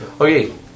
Okay